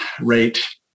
rate